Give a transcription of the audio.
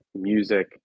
music